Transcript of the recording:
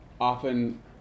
often